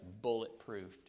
bulletproofed